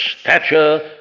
stature